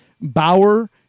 Bauer